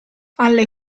alle